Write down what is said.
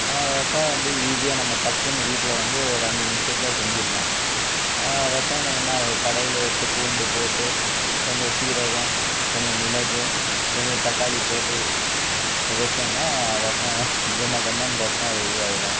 ரசம் வந்து ஈஸியாக நம்ம டக்குன்னு வீட்டில் வந்து ஒரு அஞ்சு நிம்ஷத்தில் செஞ்சிட்லாம் ரசோன்னா என்ன ஒரு கடையில் எடுத்து பூண்டு போட்டு கொஞ்சம் சீரகம் கொஞ்சம் மிளகு கொஞ்சம் தக்காளி போட்டு வச்சோன்னா ரசம் கமகமன்னு ரசம் ரெடியாயிடும்